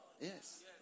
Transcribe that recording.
Yes